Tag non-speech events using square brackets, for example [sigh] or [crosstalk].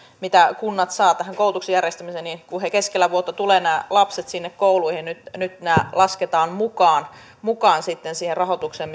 mitä kunnat saavat koulutuksen järjestämiseen kun nämä lapset keskellä vuotta tulevat sinne kouluihin nyt nyt heidät sitten lasketaan mukaan mukaan siihen rahoitukseen [unintelligible]